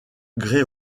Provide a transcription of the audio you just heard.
grès